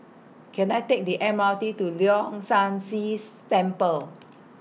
Can I Take The M R T to Leong San See Temple